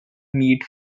meat